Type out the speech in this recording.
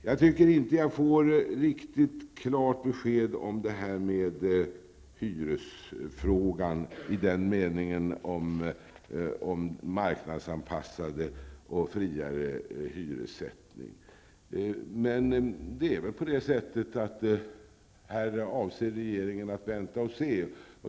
Jag tycker inte att jag har fått ett riktigt klart besked om hyresfrågan beträffande marknadsanpassning och en friare hyressättning. Men det är väl så att regeringen avser att vänta och se.